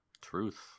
truth